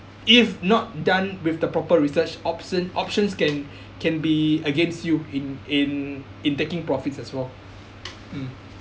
if not done with the proper research options options can can be against you in in in taking profits as well mm